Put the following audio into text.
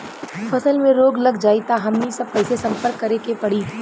फसल में रोग लग जाई त हमनी सब कैसे संपर्क करें के पड़ी?